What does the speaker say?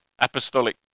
Apostolic